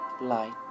light